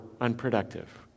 unproductive